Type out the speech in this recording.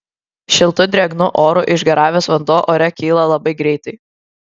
šiltu drėgnu oru išgaravęs vanduo ore kyla labai greitai